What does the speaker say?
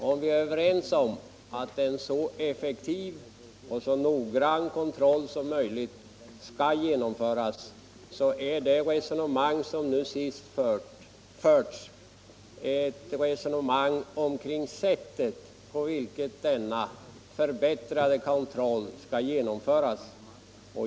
Vi är väl överens om att vi skall ha en så effektiv och noggrann kontroll som möjligt, och jag vill framhålla att herr Schötts resonemang visar, på vilket sätt en förbättrad kontroll kan genomföras.